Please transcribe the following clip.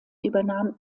übernahm